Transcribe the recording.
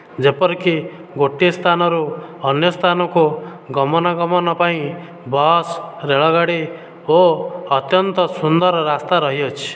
ଯେପରିକି ଗୋଟିଏ ସ୍ଥାନରୁ ଅନ୍ୟ ସ୍ଥାନକୁ ଗମନା ଗମନ ପାଇଁ ବସ ରେଳଗାଡ଼ି ଓ ଅତ୍ୟନ୍ତ ସୁନ୍ଦର ରାସ୍ତା ରହିଅଛି